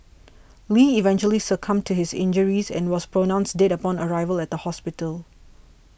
lee eventually succumbed to his injuries and was pronounced dead upon arrival at the hospital